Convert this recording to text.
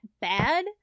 bad